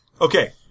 Okay